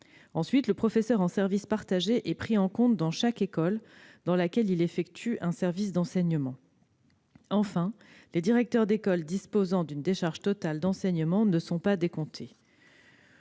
un ; le professeur en service partagé est pris en compte dans chaque école dans laquelle il effectue un service d'enseignement ; les directeurs d'école disposant d'une décharge totale d'enseignement ne sont pas décomptés.